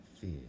fear